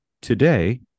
today